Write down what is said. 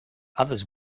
others